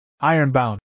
iron-bound